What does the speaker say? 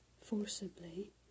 forcibly